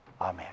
Amen